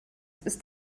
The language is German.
ist